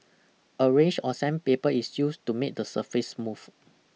a range of sandpaper is used to make the surface smooth